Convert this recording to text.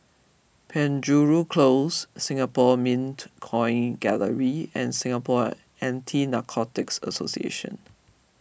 Penjuru Close Singapore Mint Coin Gallery and Singapore Anti Narcotics Association